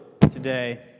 today